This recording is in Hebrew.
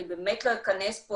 אני באמת לא אכנס פה,